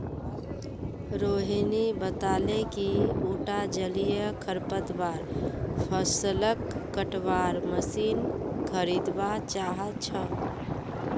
रोहिणी बताले कि उटा जलीय खरपतवार फ़सलक कटवार मशीन खरीदवा चाह छ